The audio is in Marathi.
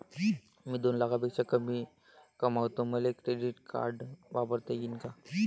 मी दोन लाखापेक्षा कमी कमावतो, मले क्रेडिट कार्ड वापरता येईन का?